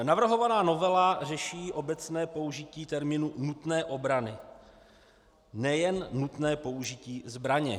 Navrhovaná novela řeší obecné použití termínu nutné obrany, nejen nutné použití zbraně.